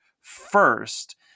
first